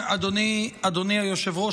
אדוני היושב-ראש,